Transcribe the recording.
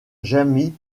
jamie